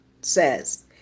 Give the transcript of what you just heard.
says